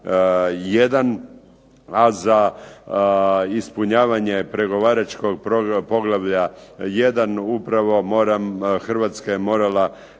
I., a za ispunjavanje pregovaračkog poglavlja I. Hrvatska je morala